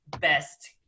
best